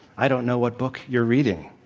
i don't know what book you're reading.